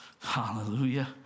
hallelujah